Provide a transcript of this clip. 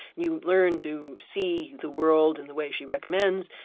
you learn to see the world in the way she recommends,